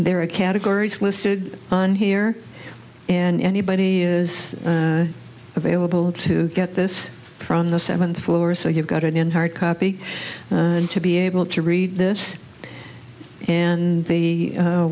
there are categories listed on here and anybody is available to get this from the seventh floor so you've got it in hard copy and to be able to read this and the